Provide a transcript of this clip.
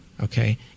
Okay